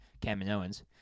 Kaminoans